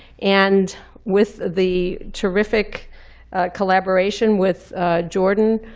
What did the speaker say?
and with the terrific collaboration with jordan,